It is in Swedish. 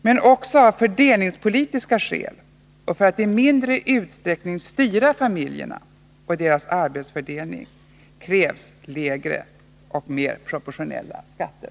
Men också av fördelningspolitiska skäl och för att i mindre utsträckning styra familjerna och deras arbetsfördelning krävs lägre och mer proportionella skatter.